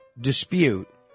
dispute